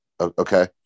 okay